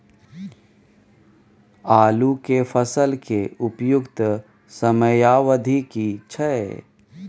आलू के फसल के उपयुक्त समयावधि की छै?